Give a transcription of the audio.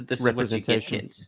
representation